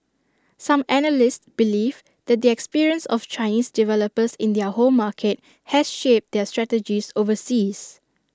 some analysts believe that the experience of Chinese developers in their home market has shaped their strategies overseas